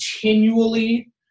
continually